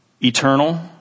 eternal